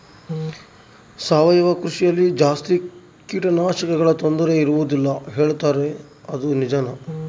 ಸಾವಯವ ಕೃಷಿಯಲ್ಲಿ ಜಾಸ್ತಿ ಕೇಟನಾಶಕಗಳ ತೊಂದರೆ ಇರುವದಿಲ್ಲ ಹೇಳುತ್ತಾರೆ ಅದು ನಿಜಾನಾ?